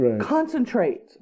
concentrate